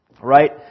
Right